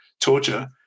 torture